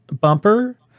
bumper